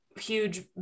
huge